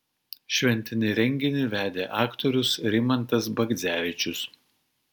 šventinį renginį vedė aktorius rimantas bagdzevičius